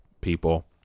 people